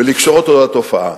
ולקשור אותו לתופעה.